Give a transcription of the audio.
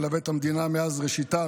מלווה את המדינה מאז ראשיתה,